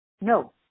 No